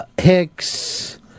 Hicks